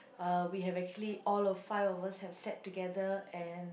uh we have actually all of five of us have sat together and